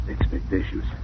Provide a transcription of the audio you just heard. expectations